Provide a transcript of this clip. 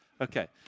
Okay